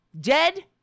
dead